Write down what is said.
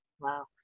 Wow